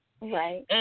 right